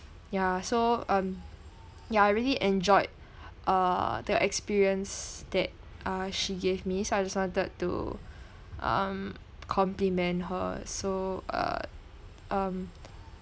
ya so um yeah I really enjoyed uh the experience that uh she gave me so I just wanted to um compliment her so uh um